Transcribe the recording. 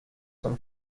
some